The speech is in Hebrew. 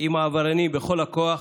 עם העבריינים בכל הכוח.